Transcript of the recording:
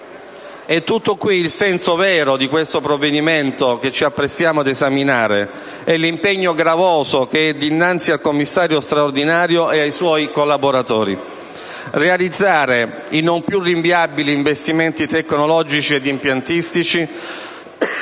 È tutto qui il senso vero di questo provvedimento che ci apprestiamo ad esaminare e l'impegno gravoso che é dinnanzi al commissario straordinario e ai suoi collaboratori: realizzare i non più rinviabili investimenti tecnologici ed impiantistici